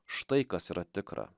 štai kas yra tikra